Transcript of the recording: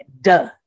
Duh